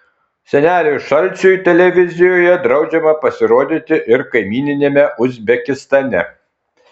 seneliui šalčiui televizijoje draudžiama pasirodyti ir kaimyniniame uzbekistane